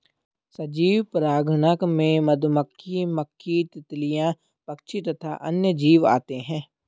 सजीव परागणक में मधुमक्खी, मक्खी, तितलियां, पक्षी तथा अन्य जीव आते हैं